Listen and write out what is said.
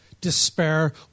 Despair